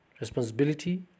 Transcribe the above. responsibility